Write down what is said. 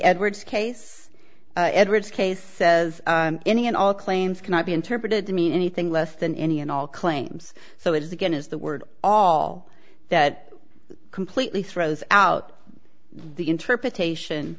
edwards case edwards case says any and all claims cannot be interpreted to mean anything less than any and all claims so it is again is the word all that completely throws out the interpretation